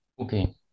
Okay